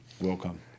Welcome